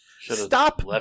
Stop